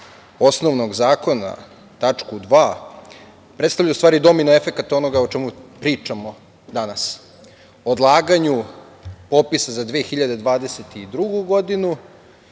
osnovnog Zakona, tačku 2), predstavlja u stvari domino efekat onoga o čemu pričamo danas, o odlaganju popisa za 2022. godinu